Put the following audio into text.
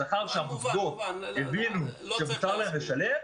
זה שכר שהמוסדות הבינו שמותר להם לשלם.